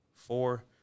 four